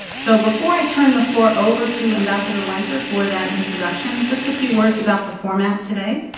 so before i turn the floor over to ambassador wiser for that introduction, just a few words about the format today.